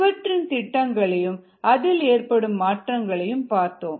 இவற்றின் திட்டங்களையும் அதில் ஏற்படும் மாற்றங்களையும் பார்த்தோம்